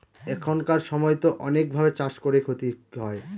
এখানকার সময়তো অনেক ভাবে চাষ করে ক্ষতি হয়